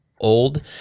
old